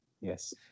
yes